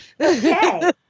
Okay